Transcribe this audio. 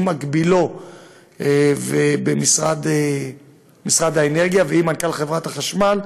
עם מקבילו במשרד האנרגיה ועם מנכ"ל חברת החשמל,